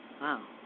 Wow